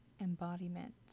embodiment